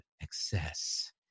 excess